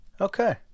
Okay